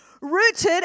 Rooted